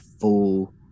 full